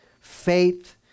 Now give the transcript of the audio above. faith